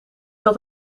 dat